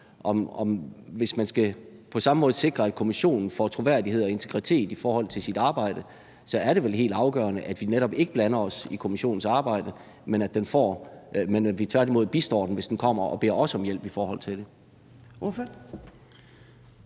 Hvis man på samme måde skal sikre, at kommissionen får troværdighed og integritet i forhold til sit arbejde, så er det vel helt afgørende, at vi netop ikke blander os i kommissionens arbejde, men at vi tværtimod bistår den, hvis den kommer og beder os om hjælp i forhold til det.